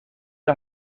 las